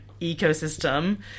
ecosystem